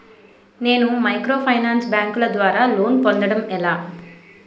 నేను మైక్రోఫైనాన్స్ బ్యాంకుల ద్వారా లోన్ పొందడం ఎలా?